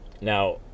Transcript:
Now